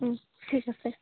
ঠিক আছে